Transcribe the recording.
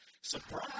Surprise